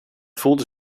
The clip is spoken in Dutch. voelde